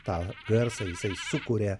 tą garsą jisai sukuria